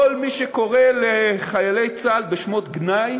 כל מי שקורא לחיילי צה"ל בשמות גנאי,